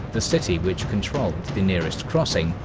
the city which controlled the nearest crossing,